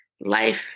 life